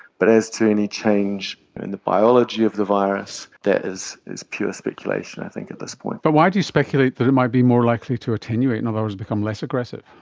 but as to any change in the biology of the virus, that is is pure speculation i think at this point. but why do you speculate that it might be more likely to attenuate, in other words become less aggressive?